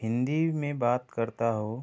हिन्दी में बात करता हो